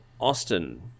Austin